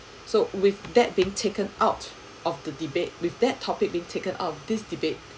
so with that being taken out of the debate with that topic been taken out of this debate